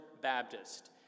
Baptist